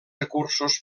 recursos